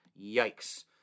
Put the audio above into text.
Yikes